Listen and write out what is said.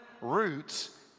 roots